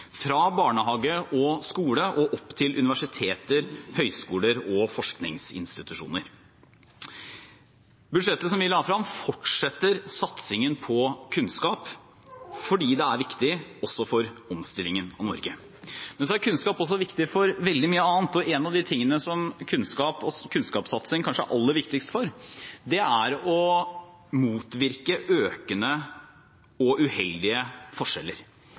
fra barnehage og skole og opp til universiteter, høyskoler og forskningsinstitusjoner. Budsjettet som vi la frem, fortsetter satsingen på kunnskap fordi det er viktig også for omstillingen av Norge. Men kunnskap er også viktig for veldig mye annet. Én av de tingene kunnskap og kunnskapssatsing kanskje er aller viktigst for, er å motvirke økende og uheldige forskjeller